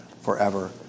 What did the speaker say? forever